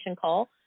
Call